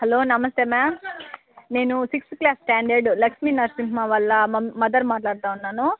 hello నమస్తే ma'am నేను sixth class standard Lakshmi Narasimha వాళ్ళ మమ్ మదర్ని మాట్లాడతు ఉన్నాను